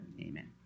Amen